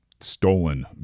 stolen